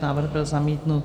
Návrh byl zamítnut.